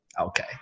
okay